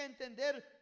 entender